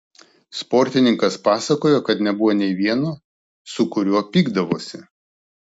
sportininkas pasakojo kad nebuvo nei vieno su kuriuo pykdavosi